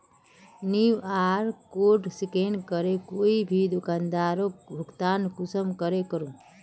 QR code scan करे कोई भी दुकानदारोक भुगतान कुंसम करे करूम?